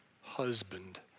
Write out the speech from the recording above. husband